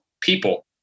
people